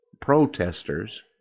protesters